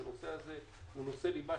שהנושא הזה הוא נושא ליבה.